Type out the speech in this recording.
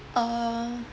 uh